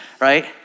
right